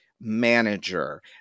manager